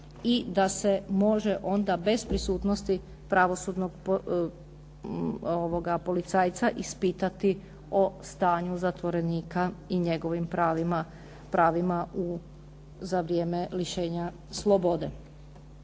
i da se može onda bez prisutnosti pravosudnog policajca ispitati o stanju zatvorenika i njegovim pravima za vrijeme lišenja slobode.